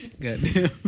Goddamn